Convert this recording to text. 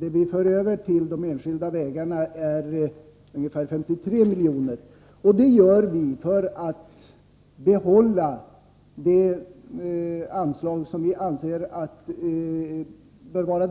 Det vi för över till de enskilda vägarna är ungefär 53 miljoner. Det gör vi för att kunna behålla den nivå som vi anser att anslaget